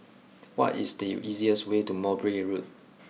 what is the easiest way to Mowbray Road